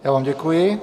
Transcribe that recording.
Já vám děkuji.